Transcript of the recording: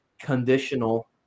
conditional